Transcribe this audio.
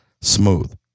smooth